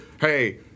hey